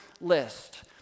list